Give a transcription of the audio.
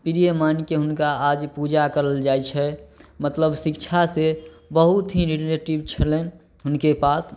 प्रिय मानि शके हुनका आज पूजा कयल जाइ छै मतलब शिक्षा से बहुत ही रिलेटिव छलनि हुनके पास